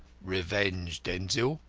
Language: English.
revenge, denzil.